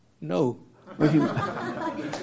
No